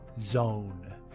Zone